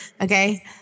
Okay